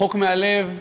רחוק מהלב,